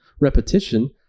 repetition